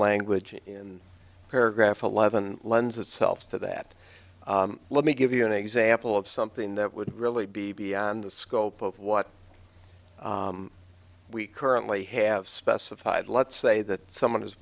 language in paragraph eleven lends itself to that let me give you an example of something that would really be beyond the scope of what we currently have specified let's say that someone